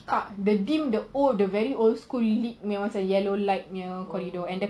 tak they dim the whole the very old school punya macam yellow light corridor and the carpet was red